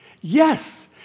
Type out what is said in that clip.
Yes